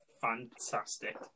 Fantastic